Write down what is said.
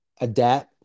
adapt